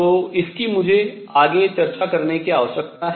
तो इसकी मुझे आगे चर्चा करने की आवश्यकता है